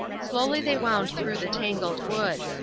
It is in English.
slowly they wound through the tangled wood.